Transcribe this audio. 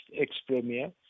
ex-Premier